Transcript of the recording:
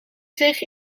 zich